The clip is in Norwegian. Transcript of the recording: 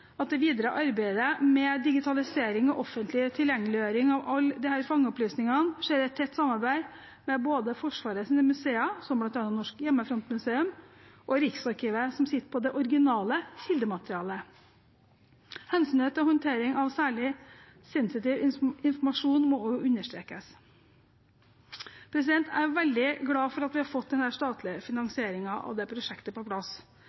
at det videre arbeidet med digitalisering og offentlig tilgjengeliggjøring av alle disse fangeopplysningene skjer i tett samarbeid med både Forsvarets museer, som bl.a. annet Norges Hjemmefrontmuseum, og Riksarkivet, som sitter på det originale kildematerialet. Hensynet til håndtering av særlig sensitiv informasjon må også understrekes. Jeg er veldig glad for at vi har fått den statlige finansieringen av dette prosjektet på plass.